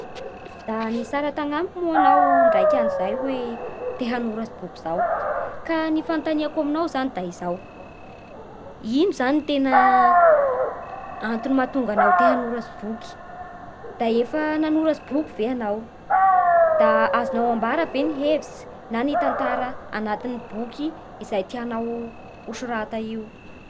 Da nitsara tanamiko moa anao tamin'indraiky anadro zay hoe te hanoratsy boky zao Ka ny fanontaniako aminao zany da izay: izany antony mahaton ga anao te hanoratsy boky? Da efa nanoratsy boky ve enao? Da azonao ambara ve ny hevitsy na ny tantara anatin'ny boky izay tianao ho sorata io?